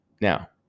Now